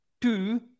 two